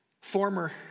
Former